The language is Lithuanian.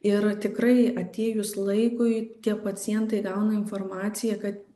ir tikrai atėjus laikui pacientai gauna informaciją kad